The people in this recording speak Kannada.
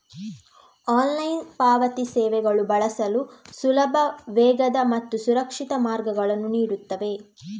ಆನ್ಲೈನ್ ಪಾವತಿ ಸೇವೆಗಳು ಬಳಸಲು ಸುಲಭ, ವೇಗದ ಮತ್ತು ಸುರಕ್ಷಿತ ಮಾರ್ಗಗಳನ್ನು ನೀಡುತ್ತವೆ